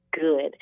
good